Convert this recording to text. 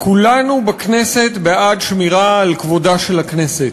כולנו בכנסת בעד שמירה על כבודה של הכנסת,